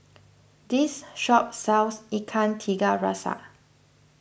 this shop sells Ikan Tiga Rasa